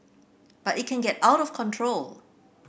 but it can get out of control